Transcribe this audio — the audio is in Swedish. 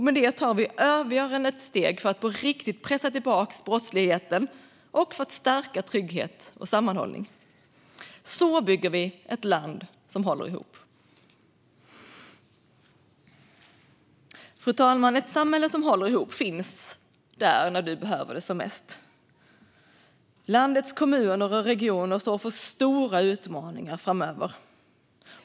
Med detta tar vi avgörande steg för att på riktigt pressa tillbaka brottsligheten och för att stärka trygghet och sammanhållning. Så bygger vi ett land som håller ihop. Fru talman! Ett samhälle som håller ihop finns där när du behöver det som mest. Landets kommuner och regioner står inför stora utmaningar framöver.